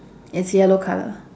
it's yellow colour